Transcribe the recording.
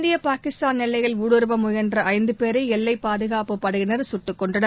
இந்திய பாகிஸ்தான் எல்லையில் ஊடுருவமுயன்றஐந்தபேரைஎல்லைப் பாதுகாப்புப் படையினர் சுட்டுக் கொன்றனர்